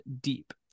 deep